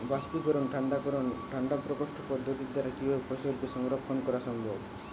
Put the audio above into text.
বাষ্পীকরন ঠান্ডা করণ ঠান্ডা প্রকোষ্ঠ পদ্ধতির দ্বারা কিভাবে ফসলকে সংরক্ষণ করা সম্ভব?